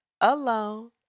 alone